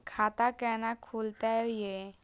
खाता केना खुलतै यो